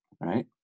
right